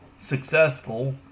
successful